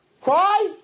Cry